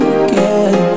again